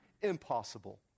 Impossible